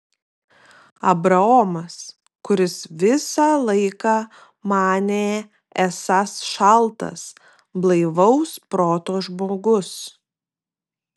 abraomas kuris visą laiką manė esąs šaltas blaivaus proto žmogus